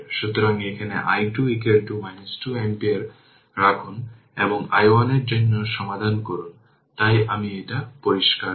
সুতরাং এখানে i2 2 ampere রাখুন এবং i1 এর জন্য সমাধান করুন তাই আমি এটি পরিষ্কার করি